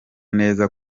neza